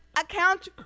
Account